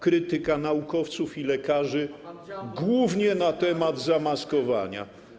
Krytyka naukowców i lekarzy”, który jest głównie na temat zamaskowania.